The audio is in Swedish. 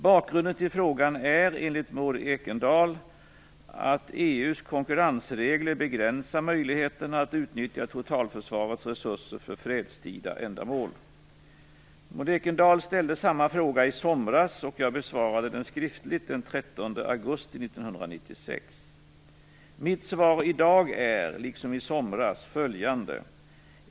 Bakgrunden till frågan är enligt Maud Ekendahl att EU:s konkurrensregler begränsar möjligheterna att utnyttja totalförsvarets resurser för fredstida ändamål. Maud Ekendahl ställde samma fråga i somras och jag besvarade den skriftligt den 13 augusti 1996. Mitt svar i dag är, liksom i somras, följande.